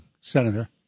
Senator